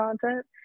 content